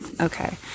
Okay